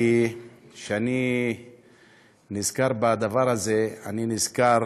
כי כשאני נזכר בדבר הזה אני נזכר